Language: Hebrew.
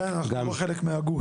אנחנו עדיין לא חלק מהגוש.